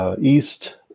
East